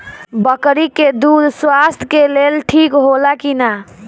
बकरी के दूध स्वास्थ्य के लेल ठीक होला कि ना?